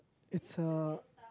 it's a